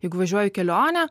jeigu važiuoju į kelionę